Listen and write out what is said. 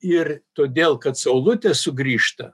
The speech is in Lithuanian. ir todėl kad saulutė sugrįžta